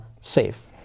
safe